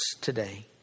today